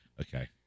Okay